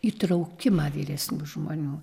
įtraukimą vyresnių žmonių